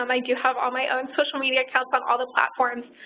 um i do have all my own social media accounts on all the platforms.